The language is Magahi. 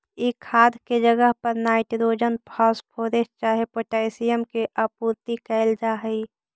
ई खाद के जगह पर नाइट्रोजन, फॉस्फोरस चाहे पोटाशियम के आपूर्ति कयल जा हई